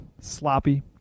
sloppy